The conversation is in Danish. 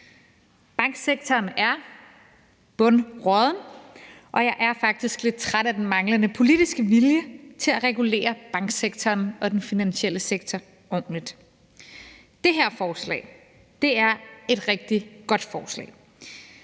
Banksektoren er bundrådden, og jeg er faktisk lidt træt af den manglende politiske vilje til at regulere banksektoren og den finansielle sektor ordentligt. Det her forslag er et rigtig godt forslag.